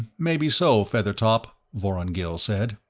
maybe so, feathertop, vorongil said.